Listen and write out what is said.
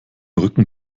rücken